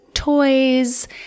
toys